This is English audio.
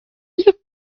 you